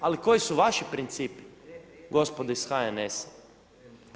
Ali koji su vaši principi gospodo iz HNS-a?